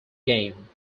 game